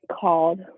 called